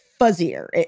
fuzzier